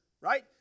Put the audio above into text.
right